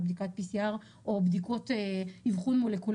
אבל בהחלט אפשר לראות את זה גם במחוסני שלוש מנות,